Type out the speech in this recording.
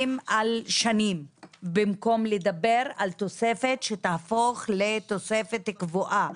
על שנים במקום לדבר על תוספת שתהפוך לתוספת קבועה.